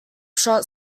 shot